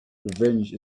revenge